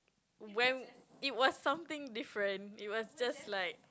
when it was something different it was just like